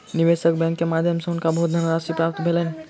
निवेशक बैंक के माध्यम सॅ हुनका बहुत धनराशि प्राप्त भेलैन